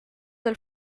del